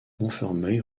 montfermeil